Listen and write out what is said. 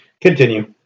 continue